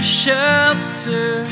shelter